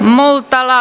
multala